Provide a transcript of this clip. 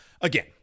again